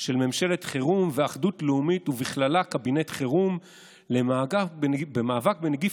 של ממשלת חירום ואחדות לאומית ובכללה קבינט חירום למאבק בנגיף